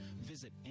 visit